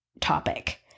topic